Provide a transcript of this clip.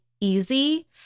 easy